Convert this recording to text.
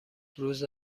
روز